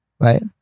right